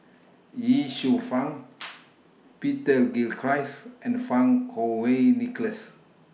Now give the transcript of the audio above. Ye Shufang Peter Gilchrist and Fang Kuo Wei Nicholas